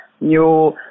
new